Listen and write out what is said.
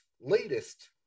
latest